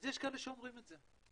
אז יש כאלה שאומרים את זה,